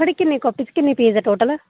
एह्दी किन्नी कॉपीज़ किन्ने पेज़ न टोटल